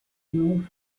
não